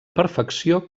perfecció